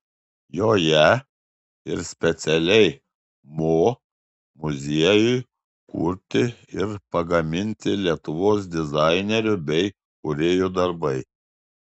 joje ir specialiai mo muziejui kurti ir pagaminti lietuvos dizainerių bei kūrėjų darbai